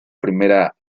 primera